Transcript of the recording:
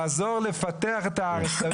לעזור לפתח את הארץ,